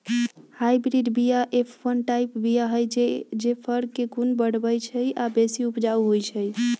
hybrid बीया F one type बीया हई जे फर के गुण बढ़बइ छइ आ बेशी उपजाउ होइ छइ